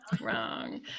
wrong